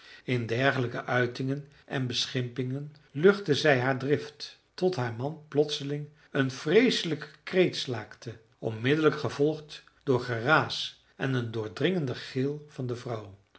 in dergelijke uitingen en beschimpingen luchtte zij haar drift tot haar man plotseling een vreeselijken kreet slaakte onmiddellijk gevolgd door geraas en een doordringenden gil van de vrouw